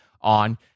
on